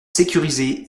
sécurisés